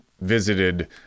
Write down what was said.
visited